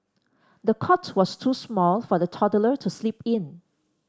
the cot was too small for the toddler to sleep in